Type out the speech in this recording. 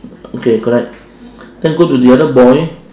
okay correct then go to the other boy